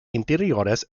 interiores